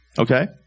Okay